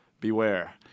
beware